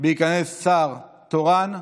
בהיכנס שר תורן.